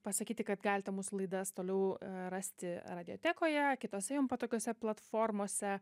pasakyti kad galite mūsų laidas toliau rasti radiotekoje kitose jum patogiose platformose